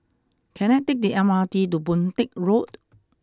can I take the M R T to Boon Teck Road